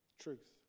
Truth